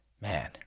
man